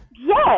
Yes